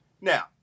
Now